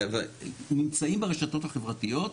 נמצאים ברשתות החברתיות.